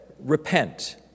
repent